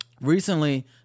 Recently